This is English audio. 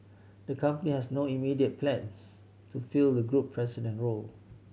the company has no immediate plans to fill the group president role